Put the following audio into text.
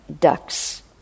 ducks